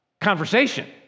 conversation